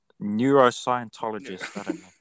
neuroscientologist